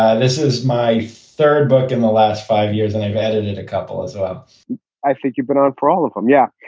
ah this is my third book in the last five years, and i've added it a couple as ah well i think you've been on for all of them. yeah.